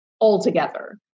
altogether